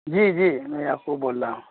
جی جی میں یعقوب بول رہا ہوں